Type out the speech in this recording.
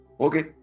Okay